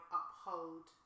uphold